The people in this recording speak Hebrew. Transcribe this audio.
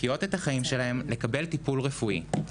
לחיות את החיים שלהם, לקבל טיפול רפואי.